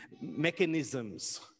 mechanisms